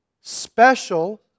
special